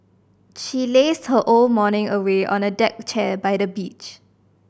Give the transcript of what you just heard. she lazed her all morning away on a deck chair by the beach